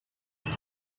time